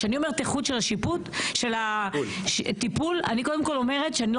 כשאני אומרת איכות של הטיפול אני קודם כל אומרת שאני לא